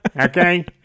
okay